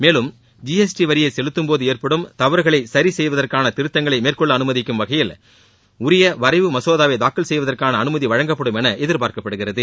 மேலும் ஜிஎஸ்டி வரியை செலுத்தபோது ஏற்படும் தவறுகளை சரிசெய்வதற்கான திருத்தங்களை மேற்கொள்ள அனுமதிக்கும் வகையில் உரிய வரைவு மசோதாவை தாக்கல் செய்வதற்கான அனுமதி வழங்கப்படும் என எதிர்பார்க்கப்படுகிறது